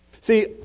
See